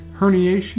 herniation